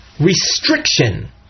restriction